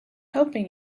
hoping